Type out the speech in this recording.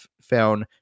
found